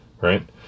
Right